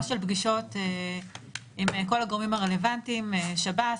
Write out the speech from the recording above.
של פגישות עם כל הגורמים הרלוונטיים שב"ס,